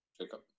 Jacob